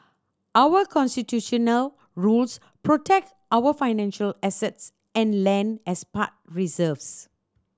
our Constitutional rules protect our financial assets and land as past reserves